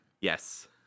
Yes